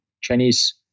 Chinese